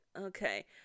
okay